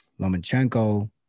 Lomachenko